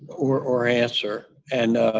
or or answer. and